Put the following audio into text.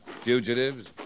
fugitives